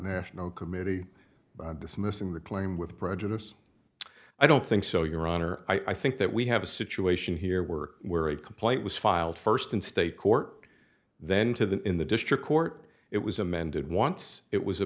national committee dismissing the claim with prejudice i don't think so your honor i think that we have a situation here we're worried complaint was filed first in state court then to the in the district court it was amended once it was a